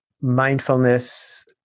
mindfulness